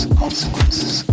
consequences